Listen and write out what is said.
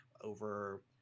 over